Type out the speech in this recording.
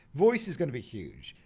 voice is gonna be huge,